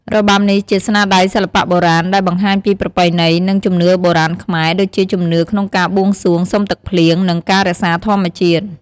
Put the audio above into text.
របាំនេះជាស្នាដៃសិល្បៈបុរាណ ដែលបង្ហាញពីប្រពៃណី និង ជំនឿបុរាណខ្មែរ ដូចជាជំនឿក្នុងការបួងសួងសុំទឹកភ្លៀង និង ការរក្សាធម្មជាតិ។